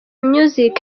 music